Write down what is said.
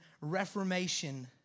reformation